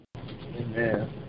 Amen